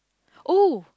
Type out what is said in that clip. oh